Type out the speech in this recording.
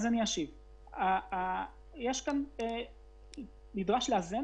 נדרש לאזן